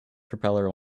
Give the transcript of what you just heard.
propeller